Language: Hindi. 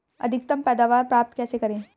अधिकतम पैदावार प्राप्त कैसे करें?